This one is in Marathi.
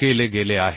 केले गेले आहे